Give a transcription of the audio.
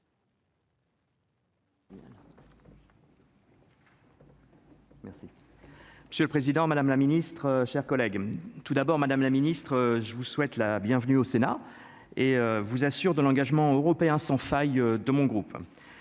Monsieur le Président, Madame la Ministre, chers collègues, tout d'abord, Madame la Ministre, je vous souhaite la bienvenue au Sénat et vous assure de l'engagement européen sans faille de mon groupe,